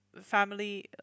family